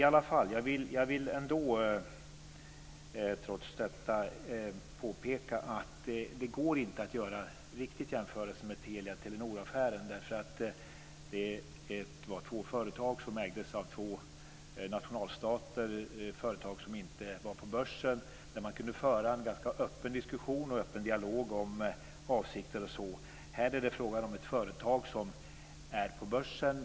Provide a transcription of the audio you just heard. Trots detta vill jag påpeka att det inte riktigt går att jämföra med Telia-Telenor-affären därför att där var det två företag som ägdes av två nationalstater. Det var två företag som inte fanns på börsen och där man kunde föra en ganska öppen diskussion och ha en öppen dialog om avsikter o.d. Här är det fråga om ett företag som finns på börsen.